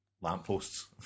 lampposts